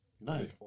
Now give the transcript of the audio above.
No